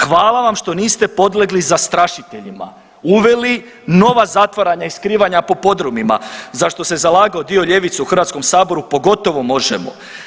Hvala vam što niste podlegli zastrašiteljima, uveli nova zatvaranja i skrivanja po podrumima za što se zalagao dio ljevice u Hrvatskom saboru pogotovo MOŽEMO.